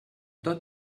tot